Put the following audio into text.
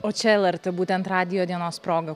o čia lrt būtent radijo dienos proga